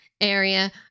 area